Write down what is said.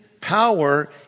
power